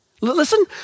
Listen